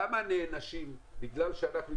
למה נענשים, בגלל שאנחנו התעסקנו,